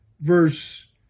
verse